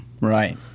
Right